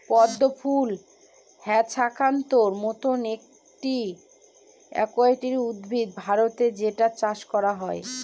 পদ্ম ফুল হ্যাছান্থর মতো একুয়াটিক উদ্ভিদ ভারতে যেটার চাষ করা হয়